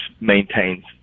maintains